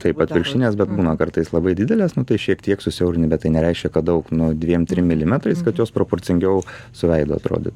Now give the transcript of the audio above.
taip atvirkštinės bet būna kartais labai didelės nu tai šiek tiek susiaurini bet tai nereiškia kad daug nu dviem trim milimetrais kad jos proporcingiau su veidu atrodytų